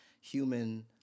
human